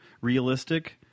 realistic